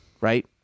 right